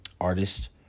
artist